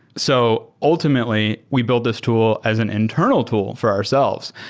so ultimately, we built this tool as an internal tool for ourselves,